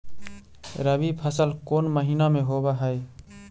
रबी फसल कोन महिना में होब हई?